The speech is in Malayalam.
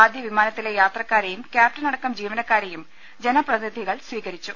ആദ്യ വിമാന ത്തിലെ യാത്രക്കാരെയും കൃാപ്റ്റനടക്കം ജീവനക്കാരെയും ജനപ്രതിനിധി കൾ സ്വീകരിച്ചു